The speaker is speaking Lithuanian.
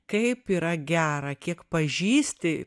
kaip yra gera kiek pažįsti